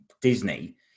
Disney